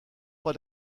pas